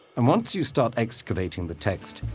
and once you start excavating the text,